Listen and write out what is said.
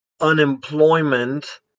unemployment